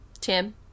Tim